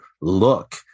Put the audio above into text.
look